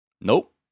Nope